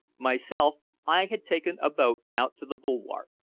myself, i had taken a boat out to the bulwark,